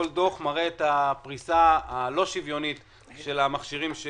כל דוח מראה את הפריסה הלא שוויונית של המכשירים.